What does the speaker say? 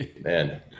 man